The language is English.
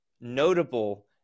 notable